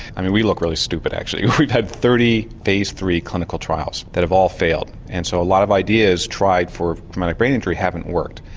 i mean we look really stupid actually we've had thirty phase three clinical trials that have all failed and so a lot of ideas tried for traumatic brain injury haven't worked.